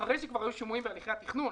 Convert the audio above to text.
אחרי שכבר היו שימועים בהליכי התכנון.